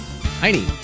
tiny